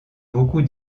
beaucoup